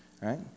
right